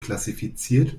klassifiziert